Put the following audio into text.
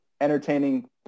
entertaining